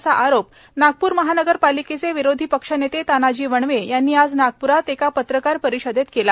असा आरोप नागपुर महानगरपालिकेचे विरोधी पक्षनेते तानाजी वणवे यांनी आज नागप्रात एका पत्रकार परीषदेत केला